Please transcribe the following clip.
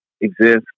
exist